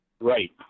Right